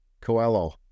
Coelho